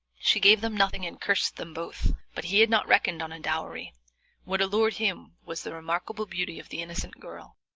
she gave them nothing and cursed them both. but he had not reckoned on a dowry what allured him was the remarkable beauty of the innocent girl,